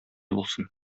булсын